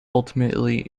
ultimately